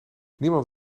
niemand